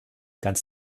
ganz